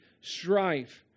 strife